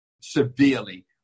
severely